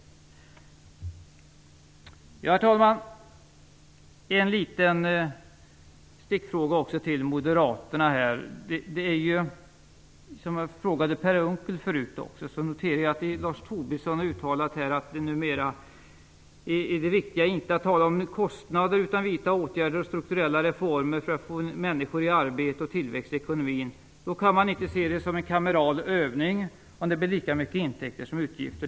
Herr talman! Jag har en stickfråga till moderaterna. Jag ställde en fråga till Per Unckel förut. Jag noterar att Lars Tobisson har uttalat att det viktiga numera inte är att tala om kostnader, utan att vidta åtgärder och strukturella reformer för att få människor i arbete och tillväxt i ekonomin. Då kan man inte se det som en kameral övning om det blir lika mycket intäkter som utgifter.